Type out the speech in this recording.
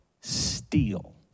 steal